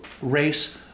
race